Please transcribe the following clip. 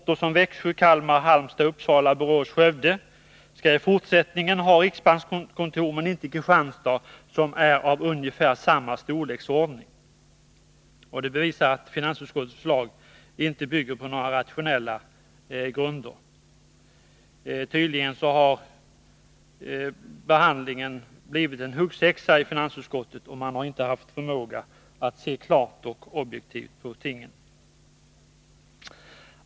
Orter som Växjö, Kalmar, Halmstad, Uppsala, Borås och Skövde skall i fortsättningen ha riksbankskontor, men inte Kristianstad, som är av ungefär samma storleksordning. Det bevisar att finansutskottets förslag inte bygger på några rationella grunder. Tydligen har behandlingen blivit en huggsexa i finansutskottet, och man har inte haft förmåga att se klart och objektivt på tingen.